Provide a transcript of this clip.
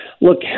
look